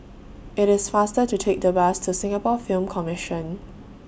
IT IS faster to Take The Bus to Singapore Film Commission